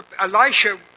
Elisha